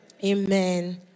Amen